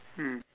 mm